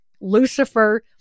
Lucifer